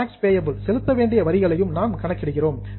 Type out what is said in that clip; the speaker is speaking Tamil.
டேக்ஸ்அஸ் பேயபில் செலுத்த வேண்டிய வரிகளையும் நாம் கணக்கிடுகிறோம்